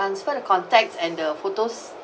transfer the contacts and the photos